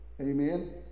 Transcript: Amen